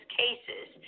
cases